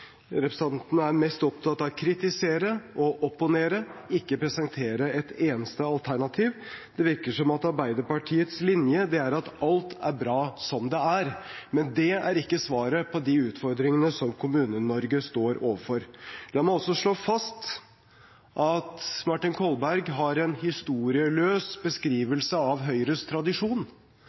Representanten er mest opptatt av å kritisere og opponere, ikke presentere et eneste alternativ. Det virker som om Arbeiderpartiets linje er at alt er bra som det er, men det er ikke svaret på de utfordringene som Kommune-Norge står overfor. La meg også slå fast at Martin Kolberg har en historieløs beskrivelse av Høyres tradisjon.